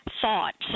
thoughts